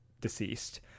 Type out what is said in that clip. deceased